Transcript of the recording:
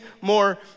more